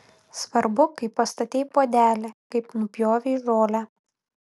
svarbu kaip pastatei puodelį kaip nupjovei žolę